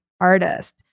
artist